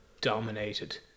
dominated